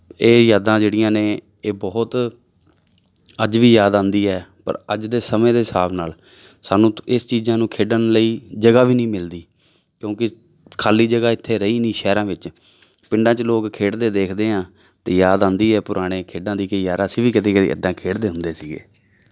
ਇਹ ਯਾਦਾਂ ਜਿਹੜੀਆਂ ਨੇ ਇਹ ਬਹੁਤ ਅੱਜ ਵੀ ਯਾਦ ਆਉਂਦੀ ਹੈ ਪਰ ਅੱਜ ਦੇ ਸਮੇਂ ਦੇ ਹਿਸਾਬ ਨਾਲ ਸਾਨੂੰ ਇਸ ਚੀਜ਼ਾਂ ਨੂੰ ਖੇਡਣ ਲਈ ਜਗ੍ਹਾ ਵੀ ਨਹੀਂ ਮਿਲਦੀ ਕਿਉਂਕਿ ਖਾਲੀ ਜਗ੍ਹਾ ਇੱਥੇ ਰਹੀ ਨਹੀਂ ਸ਼ਹਿਰਾਂ ਵਿੱਚ ਪਿੰਡਾਂ 'ਚ ਲੋਕ ਖੇਡਦੇ ਦੇਖਦੇ ਹਾਂ ਅਤੇ ਯਾਦ ਆਉਂਦੀ ਆ ਪੁਰਾਣੇ ਖੇਡਾਂ ਦੀ ਕਿ ਯਾਰ ਅਸੀਂ ਵੀ ਕਦੇ ਕਦੇ ਇੱਦਾਂ ਖੇਡਦੇ ਹੁੰਦੇ ਸੀਗੇ